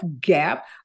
gap